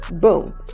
boom